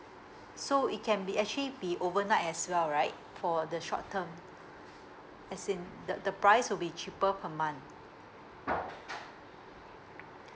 so it can be actually be overnight as well right for the short term as in the the price will be cheaper per month